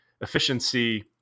efficiency